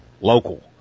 local